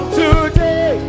today